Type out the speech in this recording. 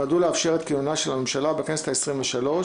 נועדו לאפשר את כינונה של הממשלה בכנסת ה-23,